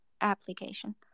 application